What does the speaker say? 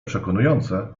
przekonujące